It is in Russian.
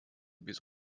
без